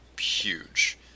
huge